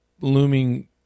looming